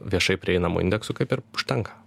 viešai prieinamų indeksų kaip ir užtenka